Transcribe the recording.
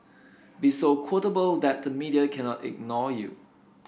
be so quotable that the media cannot ignore you